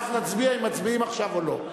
ואז נצביע אם מצביעים עכשיו או לא.